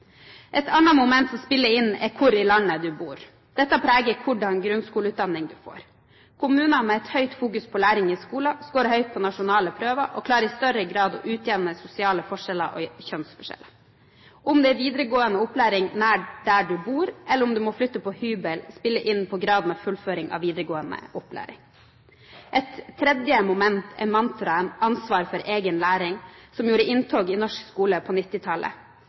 Et annet moment som spiller inn, er hvor i landet du bor. Dette preger hva slags grunnskoleutdanning du får. Kommuner med et høyt fokus på læring i skolen scorer høyt på nasjonale prøver og klarer i større grad å utjevne sosiale forskjeller og kjønnsforskjeller. Om det er videregående opplæring nær der du bor, eller om du må flytte på hybel, spiller inn når det gjelder fullføring av videregående opplæring. Et tredje moment er mantraet «ansvar for egen læring», som gjorde inntog i norsk skole på